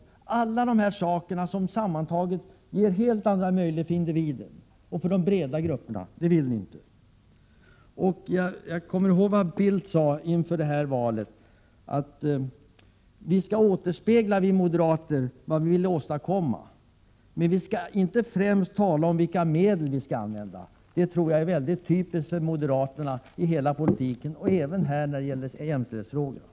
Ni vill rusta ned i alla dessa avseenden, som sammantagna ger stora möjligheter för individer och för de breda grupperna. Jag kommer ihåg vad Carl Bildt sade inför detta val: Vi moderater skall återspegla vad vi vill åstadkomma, men vi skall inte främst tala om vilka medel vi skall använda. Detta uttalande är typiskt för moderaterna i hela politiken, även här när det gäller jämställdhetsfrågorna.